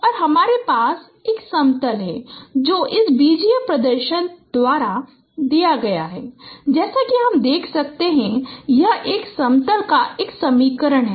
और हमारे पास एक समतल है जो इस बीजीय प्रदर्शन द्वारा दिया गया है जैसा कि हम देख सकते हैं कि यह एक समतल का एक समीकरण है